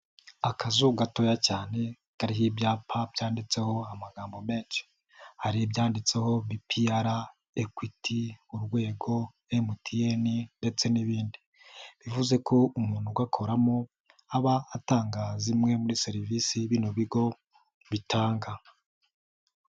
Akazu gatoya cyane kaha ibyapa byanditseho amagambo menshi, hari ibyanditseho BPR, Equity, Urwego, MTN ndetse n'ibindi bivuze ko umuntu ugakoramo aba atanga zimwe muri serivisi bino bigo bitanga.